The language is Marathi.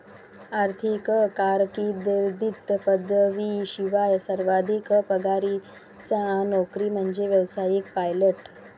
आर्थिक कारकीर्दीत पदवीशिवाय सर्वाधिक पगाराची नोकरी म्हणजे व्यावसायिक पायलट